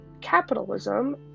Capitalism